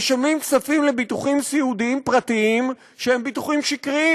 משלמים כספים לביטוחים סיעודיים פרטיים שהם ביטוחים שקריים,